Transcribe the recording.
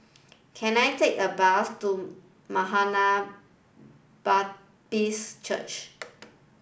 can I take a bus to Maranatha Baptist Church